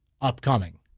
Upcoming